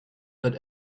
that